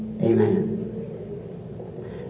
Amen